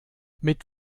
mit